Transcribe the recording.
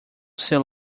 seu